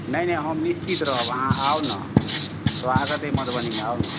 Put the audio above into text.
नहि नहि हम निश्चित रहब अहाँ आउ ने स्वागत अइ मधुबनीमे आउ ने